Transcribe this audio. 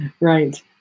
right